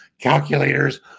calculators